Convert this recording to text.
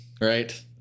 right